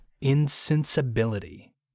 Insensibility